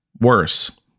worse